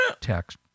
text